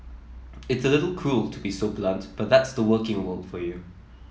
it's a little cruel to be so blunt but that's the working world for you